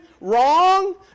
wrong